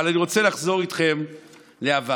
אבל אני רוצה לחזור איתכם לעבר,